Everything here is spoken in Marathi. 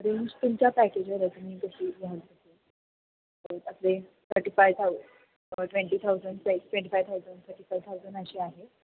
रेंज तुमच्या पॅकेजवर तुम्ही कशी घ्याल जे thirty five thou twenty thousand twe twenty five thousand थटी फाय थाउजंड अशी आहे